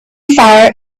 fire